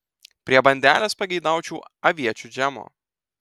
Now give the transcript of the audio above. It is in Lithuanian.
prie bandelės pageidaučiau aviečių džemo